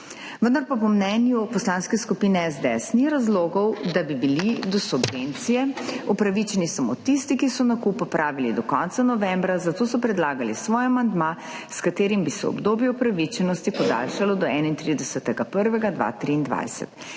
Vendar pa po mnenju Poslanske skupine SDS ni razlogov, da bi bili do subvencije upravičeni samo tisti, ki so nakup opravili do konca novembra, zato so predlagali svoj amandma, s katerim bi se obdobje upravičenosti podaljšalo do 31. 1. 2023.